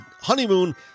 honeymoon